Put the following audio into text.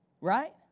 Right